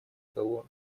того